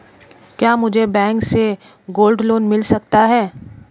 क्या मुझे बैंक से गोल्ड लोंन मिल सकता है?